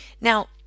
now